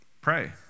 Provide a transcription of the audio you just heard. Pray